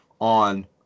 on